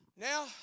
now